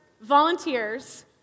volunteers